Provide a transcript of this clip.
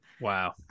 Wow